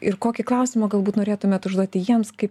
ir kokį klausimą galbūt norėtumėt užduoti jiems kai